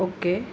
okay